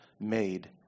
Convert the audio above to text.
made